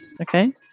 Okay